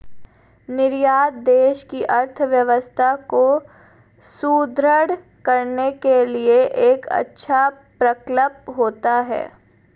निर्यात देश की अर्थव्यवस्था को सुदृढ़ करने के लिए एक अच्छा प्रकल्प होता है